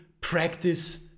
practice